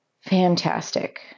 fantastic